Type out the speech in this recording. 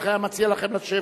לכן, אני מציע לכם לשבת.